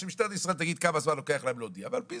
שמשטרת ישראל תגיד כמה זמן לוקח להם להודיע ועל פי